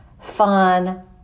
fun